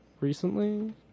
recently